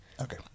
Okay